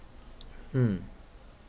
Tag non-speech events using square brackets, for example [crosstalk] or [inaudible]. [noise] mm